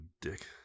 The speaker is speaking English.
dick